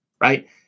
right